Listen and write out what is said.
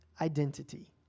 identity